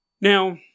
Now